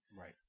Right